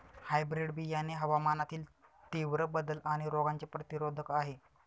hybrid बियाणे हवामानातील तीव्र बदल आणि रोगांचे प्रतिरोधक आहे